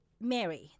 Mary